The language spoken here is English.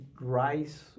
rice